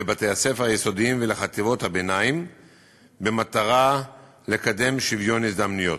לבתי-הספר היסודיים ולחטיבות הביניים במטרה לקדם שוויון הזדמנויות.